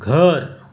घर